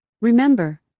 Remember